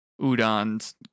Udon's